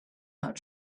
not